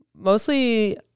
Mostly